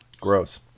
Gross